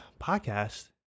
podcast